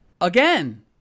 Again